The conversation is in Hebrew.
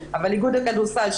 אבל איגוד הכדורסל,